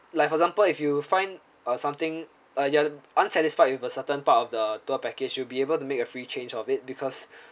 like for example if you find uh something uh unsatisfied with a certain part of the tour package you'll be able to make a free change of it